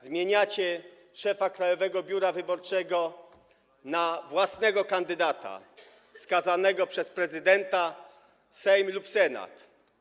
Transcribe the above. Zmieniacie szefa Krajowego Biura Wyborczego na własnego kandydata, wskazanego przez prezydenta, Sejm lub Senat.